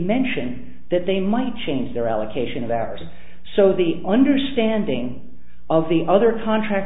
mention that they might change their allocation of hours so the understanding of the other contract